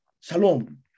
Shalom